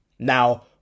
Now